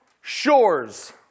shores